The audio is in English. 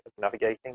navigating